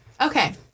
Okay